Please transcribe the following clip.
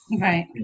Right